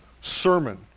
sermon